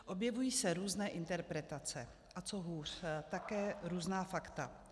Objevují se různé interpretace, a co hůř, také různá fakta.